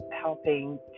helping